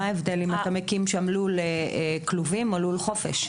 מה ההבדל אם אתה מקים שם לול כלובים או לול חופש?